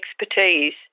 expertise